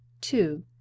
two